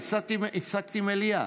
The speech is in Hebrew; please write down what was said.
זו הסיבה שהפסקתי מליאה.